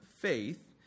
faith